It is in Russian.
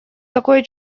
такое